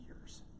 years